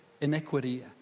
inequity